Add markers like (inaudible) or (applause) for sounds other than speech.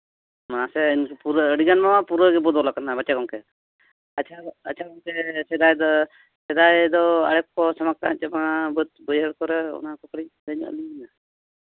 ᱢᱟᱥᱮ ᱤᱱᱠᱟᱹ ᱯᱩᱨᱟᱹ ᱟᱹᱰᱤᱜᱟᱱ ᱱᱚᱣᱟ ᱯᱩᱨᱟᱹ ᱯᱩᱨᱟᱹᱜᱮ ᱵᱚᱫᱚᱞ ᱟᱠᱟᱱᱟ ᱢᱟᱪᱮᱫ ᱜᱚᱢᱠᱮ ᱟᱪᱪᱷᱟ ᱟᱪᱪᱷᱟ ᱜᱚᱢᱠᱮ ᱥᱮᱫᱟᱭ ᱫᱚ ᱥᱮᱫᱟᱭ ᱫᱚ ᱟᱬᱮ ᱠᱚᱠᱚ ᱥᱟᱢᱟᱜᱽ ᱛᱟᱦᱮᱸ ᱪᱮ ᱵᱟᱝ ᱵᱟᱹᱫᱽ ᱵᱟᱹᱭᱦᱟᱹᱲ ᱠᱚᱨᱮ ᱚᱱᱟ ᱠᱚᱨᱮᱫ (unintelligible)